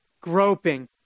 groping